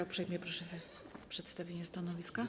Uprzejmie proszę o przedstawienie stanowiska.